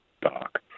doc